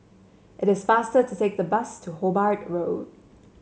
it is faster to take the bus to Hobart Road